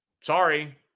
Sorry